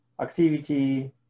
Activity